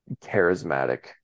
charismatic